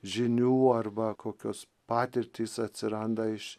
žinių arba kokios patirtys atsiranda iš